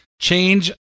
change